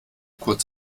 kurz